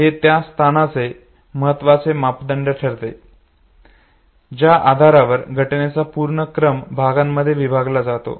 हे त्या स्थानाचे महत्त्वाचे मापदंड ठरते ज्या आधारावर घटनेचा संपूर्ण क्रम भागांमध्ये विभागला जातो